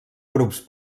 grups